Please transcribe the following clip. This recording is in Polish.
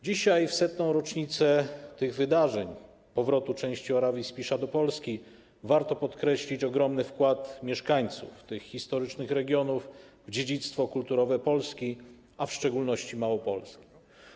Dzisiaj, w 100. rocznicę tych wydarzeń, powrotu części Orawy i Spiszu do Polski, warto podkreślić ogromny wkład mieszkańców tych historycznych regionów w dziedzictwo kulturowe Polski, a w szczególności Małopolski.